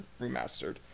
Remastered